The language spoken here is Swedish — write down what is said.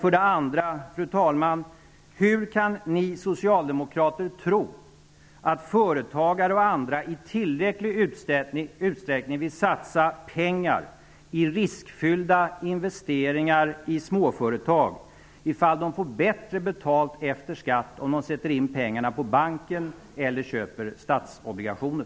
För det andra: Hur kan ni socialdemokrater tro att företagare och andra i tillräcklig utsträckning vill satsa pengar i riskfyllda investeringar i småföretag ifall de får bättre betalt efter skatt om de sätter in pengarna på banken eller köper statsobligationer?